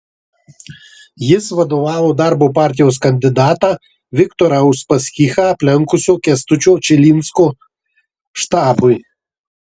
jis vadovavo darbo partijos kandidatą viktorą uspaskichą aplenkusio kęstučio čilinsko štabui